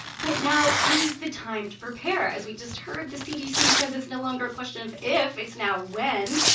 but now is the time to prepare. as we just heard, the cdc says it's no longer a question of if it's now when.